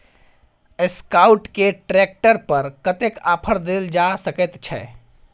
Escort के tractor पर कतेक ऑफर दैल जा सकेत छै?